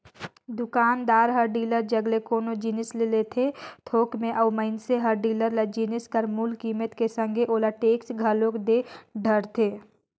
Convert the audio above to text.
दुकानदार हर डीलर जग ले कोनो जिनिस ले लेथे थोक में अउ मइनसे हर डीलर ल जिनिस कर मूल कीमेत के संघे ओला टेक्स घलोक दे डरथे